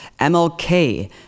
MLK